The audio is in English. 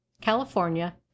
California